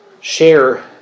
share